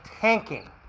tanking